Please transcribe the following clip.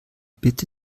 bitte